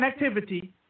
connectivity